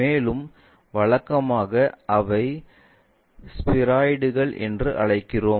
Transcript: மேலும் வழக்கமாக இவை ஸ்பீராய்டுகள் என்று அழைக்கிறோம்